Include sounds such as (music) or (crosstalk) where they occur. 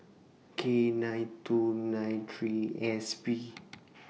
K nine two nine three S B (noise)